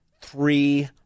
three